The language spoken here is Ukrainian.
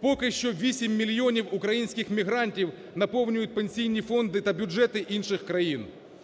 Поки що 8 мільйонів українських мігрантів наповнюють пенсійні фонди та бюджети інших країн.